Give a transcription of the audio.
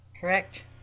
Correct